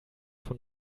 von